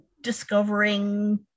discovering